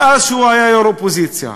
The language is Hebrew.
מאז שהוא היה יושב-ראש האופוזיציה,